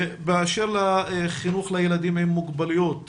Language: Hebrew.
באשר לחינוך לילדים עם מוגבלויות,